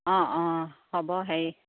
অঁ অঁ হ'ব হেৰি